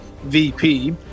VP